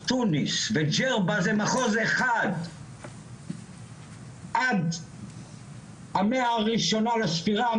תוניס וגרבה זה מחוז אחד עד המאה הראשונה לספירה,